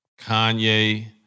Kanye